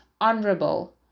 honorable